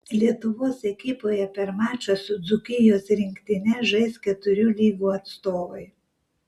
lietuvos ekipoje per mačą su dzūkijos rinktine žais keturių lygų atstovai